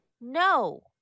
no